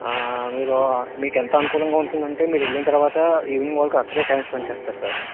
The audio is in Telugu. ఆ మీరూ మీకు ఎంత అనుకూలంగా ఉంటుందంటే మీరు వెళ్లిన తరువాత ఈవినింగ్ వరకు అక్కడే టైం స్పెండ్ చేస్తారు సార్